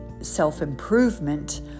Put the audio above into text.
self-improvement